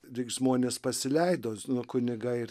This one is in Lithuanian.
lyg žmonės pasileido nuo kunigai ir